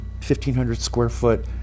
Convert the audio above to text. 1,500-square-foot